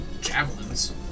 javelins